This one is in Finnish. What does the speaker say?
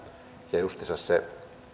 ja justiinsa se